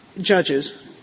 judges